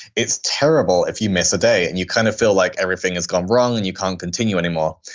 it's terrible if you miss a day. and you kind of feel like everything has gone wrong, and you can't continue anymore.